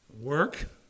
Work